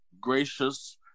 gracious